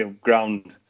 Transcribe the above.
ground